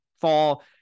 fall